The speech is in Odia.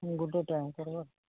ଗୋଟେ ଟାଇମ୍ କର୍ବ